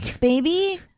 baby